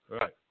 Right